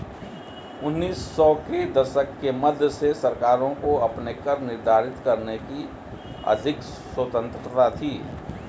उन्नीस सौ के दशक के मध्य से सरकारों को अपने कर निर्धारित करने की अधिक स्वतंत्रता थी